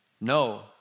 No